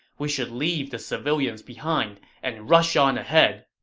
we should leave the civilians behind and rush on ahead.